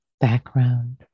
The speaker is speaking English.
background